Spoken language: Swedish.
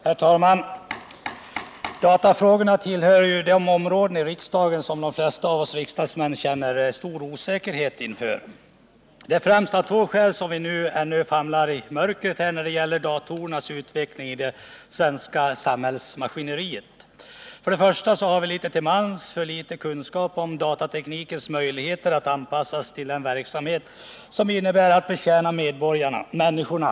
Herr talman! Datafrågorna tillhör ju de frågor här i riksdagen som de flesta av oss riksdagsmän känner osäkerhet inför. Det är främst av två skäl som vi ännu famlar i mörkret när det gäller hur användningen av datorer kommer att utvecklas i det svenska samhällsmaskineriet. För det första har vi litet till mans alltför liten kunskap om datateknikens möjligheter att anpassas till verksamheter som är inriktade på att betjäna människorna i hela vårt land.